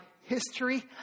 history